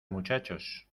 muchachos